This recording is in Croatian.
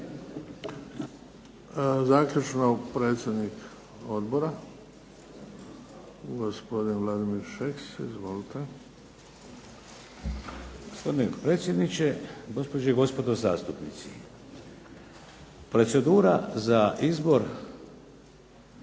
Zaključno predsjednik odbora, gospodin Vladimir Šeks. Izvolite. **Šeks, Vladimir (HDZ)** Gospodine predsjedniče, gospođe i gospodo zastupnici. Procedura za izbor